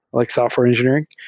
like software engineering.